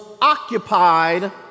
occupied